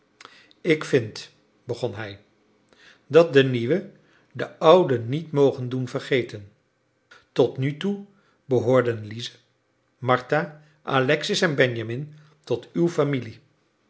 ik vind begon hij dat de nieuwe de oude niet mogen doen vergeten tot nu toe behoorden lize martha alexis en benjamin tot uw familie